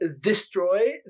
destroy